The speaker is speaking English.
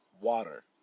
Water